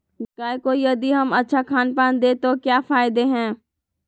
गाय को यदि हम अच्छा खानपान दें तो क्या फायदे हैं?